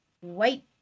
white